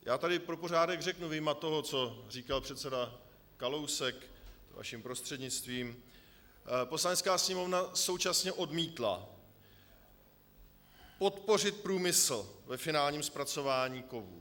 Já tady pro pořádek řeknu, vyjma toho, co říkal předseda Kalousek, vaším prostřednictvím, Poslanecká sněmovna současně odmítla podpořit průmysl ve finálním zpracování kovů.